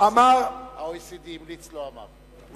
אמר, ה-OECD המליץ, לא אמר.